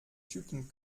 typen